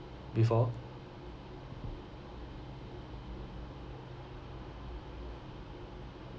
before